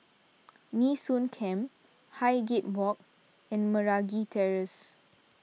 Nee Soon Camp Highgate Walk and Meragi Terrace